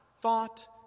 thought